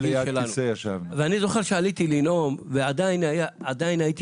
אני זוכר שעליתי לנאום ועדיין הייתי